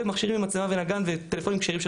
ומכשירים עם מצלמה ונגן וטלפונים כשרים שלכם,